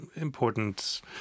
important